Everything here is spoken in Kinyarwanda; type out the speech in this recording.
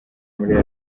muri